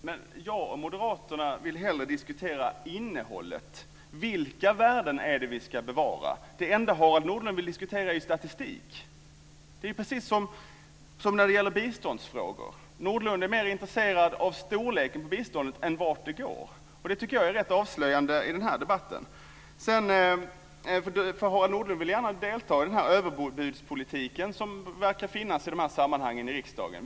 Fru talman! Jag och Moderaterna vill hellre diskutera innehållet. Vilka värden är det vi ska bevara? Det enda Harald Nordlund vill diskutera är ju statistik. Det är precis som när det gäller biståndsfrågor. Nordlund är mer intresserad av storleken på biståndet än av vart det går. Det tycker jag är rätt avslöjande i den här debatten. Harald Nordlund vill gärna delta i den överbudspolitik som verkar finnas i riksdagen i de här sammanhangen.